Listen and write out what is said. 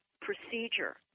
procedure